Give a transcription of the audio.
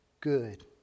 good